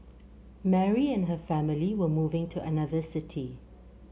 Mary and her family were moving to another city